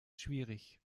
schwierig